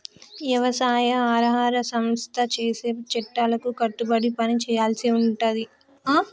వ్యవసాయ ఆహార సంస్థ చేసే చట్టాలకు కట్టుబడి పని చేయాల్సి ఉంటది